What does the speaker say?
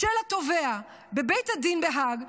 של התובע בבית הדין בהאג,